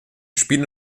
spiel